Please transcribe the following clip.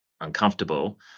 uncomfortable